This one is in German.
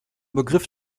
begriff